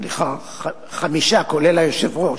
סליחה, חמישה, כולל היושב-ראש.